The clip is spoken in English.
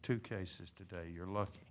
to cases today you're lucky